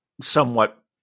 somewhat